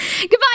Goodbye